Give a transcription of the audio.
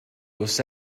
los